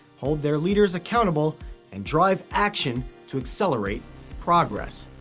hold their leaders accountable and drive action to accelerate progress.